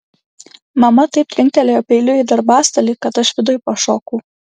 mama taip trinktelėjo peiliu į darbastalį kad aš viduj pašokau